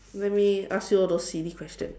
let me ask you all those silly questions